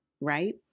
right